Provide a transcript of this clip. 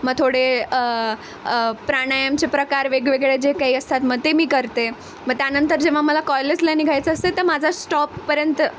मग थोडे प्राणायामचे प्रकार वेगवेगळे जे काही असतात मग ते मी करते मग त्यानंतर जेव्हा मला कॉलेजला निघायचं असते तर माझा स्टॉपपर्यंत